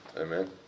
Amen